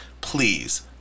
please